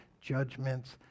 judgments